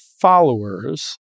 followers